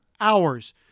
hours